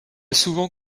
souvent